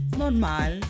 normal